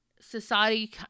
society